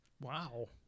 Wow